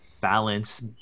balance